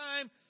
time